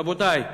רבותי,